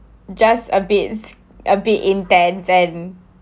just a bit a bit in brazen